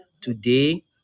Today